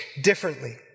differently